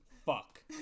Fuck